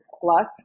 plus